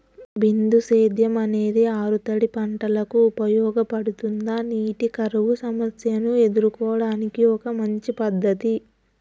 బిందు సేద్యం అనేది ఆరుతడి పంటలకు ఉపయోగపడుతుందా నీటి కరువు సమస్యను ఎదుర్కోవడానికి ఒక మంచి పద్ధతి?